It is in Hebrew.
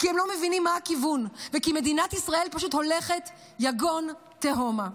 כי הם לא מבינים מה הכיוון וכי מדינת ישראל פשוט הולכת יגון תהומה.